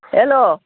hello